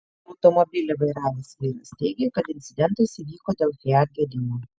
automobilį vairavęs vyras teigė kad incidentas įvyko dėl fiat gedimo